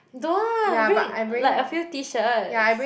don't want bring like a few T shirts